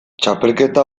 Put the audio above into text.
txapelketa